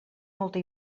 molta